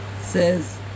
says